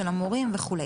של המורים וכו'.